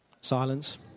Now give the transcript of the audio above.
Silence